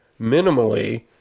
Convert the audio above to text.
Minimally